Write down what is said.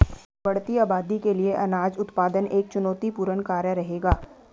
बढ़ती आबादी के लिए अनाज उत्पादन एक चुनौतीपूर्ण कार्य रहेगा